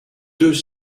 deux